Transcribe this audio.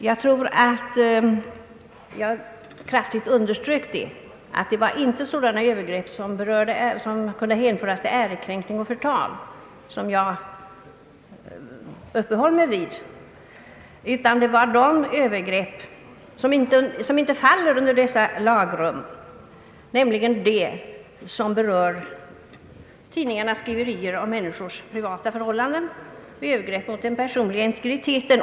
Jag tror att jag kraftigt underströk att jag inte uppehöll mig vid sådana övergrepp som kan hänföras till ärekränkning och förtal och som faller under dessa lagrum. Det gällde övergrepp som faller under pressopinionens hedersdomstol, nämligen tidningarnas skriverier om människors privata för hållanden och övergrepp mot den personliga integriteten.